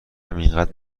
همینقد